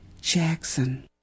Jackson